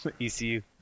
ECU